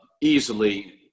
easily